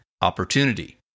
opportunity